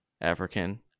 African